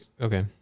Okay